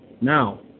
Now